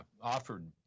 offered